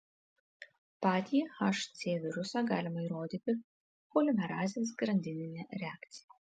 patį hc virusą galima įrodyti polimerazės grandinine reakcija